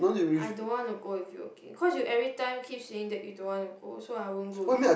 I don't want to go with you okay cause you every time keep saying that you don't want to go so I won't go with